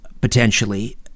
potentially